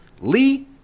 Lee